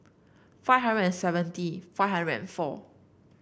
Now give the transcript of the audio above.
five hundred and seventy five hundred and four